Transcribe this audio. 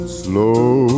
slow